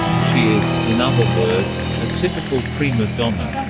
she is, in other words, a typical prima donna.